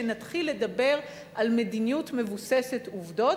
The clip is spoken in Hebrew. שנתחיל לדבר על מדיניות מבוססת עובדות.